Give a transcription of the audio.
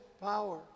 power